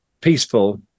peaceful